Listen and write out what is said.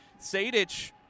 Sadich